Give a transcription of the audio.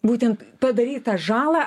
būtent padarytą žalą